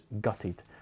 gutted